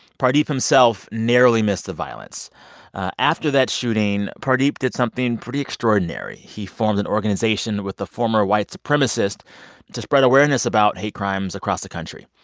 pardeep himself narrowly missed the violence after that shooting, pardeep did something pretty extraordinary. he formed an organization with a former white supremacist to spread awareness about hate crimes across the country.